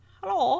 Hello